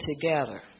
together